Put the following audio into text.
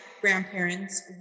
grandparents